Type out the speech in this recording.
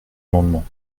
amendement